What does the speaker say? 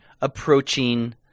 approaching